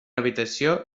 habitació